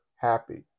happy